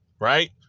Right